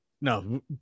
No